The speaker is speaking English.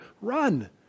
run